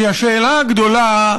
כי השאלה הגדולה,